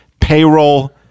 Payroll